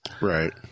Right